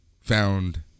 found